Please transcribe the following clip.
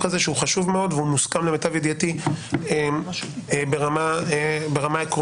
הזה שהוא חשוב מאוד ולמיטב ידיעתי הוא מוסכם ברמה עקרונית,